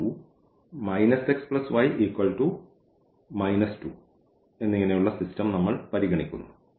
x y 2 x y 2 എന്നിങ്ങനെ ഉള്ള system നമ്മൾ പരിഗണിക്കുന്നു